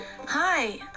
Hi